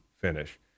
finish